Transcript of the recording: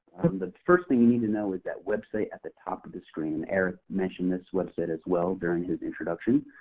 the first thing you need to know is that website at the top of the screen. eric mentioned this website as well during his introduction.